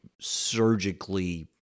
surgically